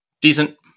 Decent